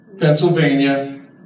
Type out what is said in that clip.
Pennsylvania